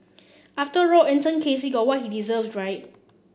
after all Anton Casey got what he deserved right